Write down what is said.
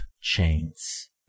chains